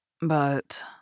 But